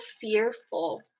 fearful